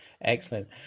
Excellent